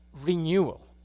renewal